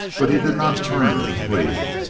but he did not turn to flee.